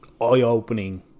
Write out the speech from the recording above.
eye-opening